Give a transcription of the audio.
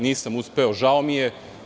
Nisam uspeo, žao mi je.